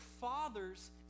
fathers